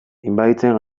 inbaditzen